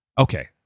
okay